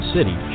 City